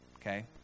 Okay